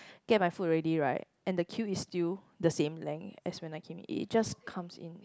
get my food already right and the queue is still the same length as when I came it it just comes in